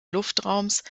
luftraums